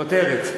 כותרת.